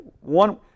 One